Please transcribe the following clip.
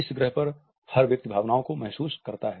इस ग्रह पर हर व्यक्ति भावनाओं को महसूस करता है